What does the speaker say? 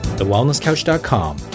TheWellnessCouch.com